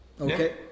okay